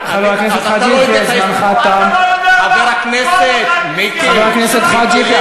אתה לא יודע את ההיסטוריה, חבר הכנסת חאג' יחיא,